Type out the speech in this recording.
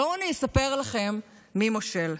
בואו אני אספר לכם מי מושל: